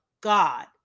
God